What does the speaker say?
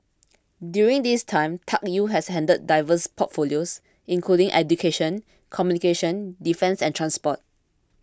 during this time Tuck Yew has handled diverse portfolios including education communications defence and transport